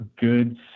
good